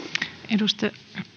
arvoisa